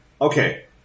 okay